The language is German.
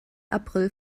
april